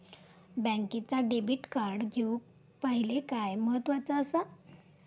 बँकेचा debit card घेउक पाहिले काय महत्वाचा असा?